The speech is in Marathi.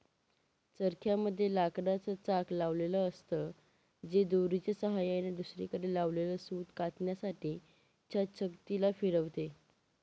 चरख्या मध्ये लाकडाच चाक लावलेल असत, जे दोरीच्या सहाय्याने दुसरीकडे लावलेल सूत कातण्यासाठी च्या चकती ला फिरवते